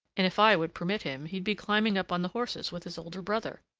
and if i would permit him, he'd be climbing up on the horses with his older brother.